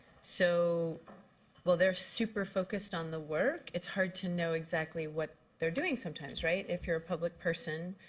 so they are super focused on the work. it's hard to know exactly what they are doing sometimes. right? if you are a public person,